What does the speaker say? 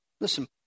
Listen